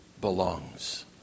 belongs